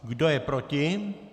Kdo je proti?